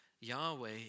Yahweh